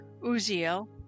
Uziel